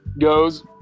goes